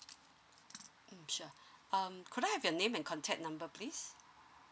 mm sure um could I have your name and contact number please